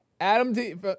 Adam